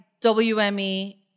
WME